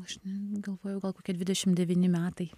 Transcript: aš galvoju gal kokie dvidešimt devyni metai